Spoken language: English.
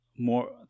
More